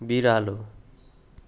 बिरालो